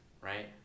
right